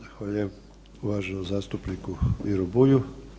Zahvaljujem uvaženom zastupniku Miru Bulju.